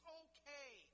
okay